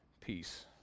peace